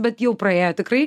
bet jau praėję tikrai